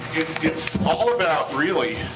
it's all about, really,